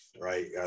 right